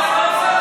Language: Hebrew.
סוף-סוף.